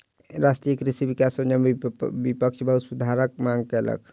राष्ट्रीय कृषि विकास योजना में विपक्ष बहुत सुधारक मांग कयलक